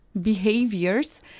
behaviors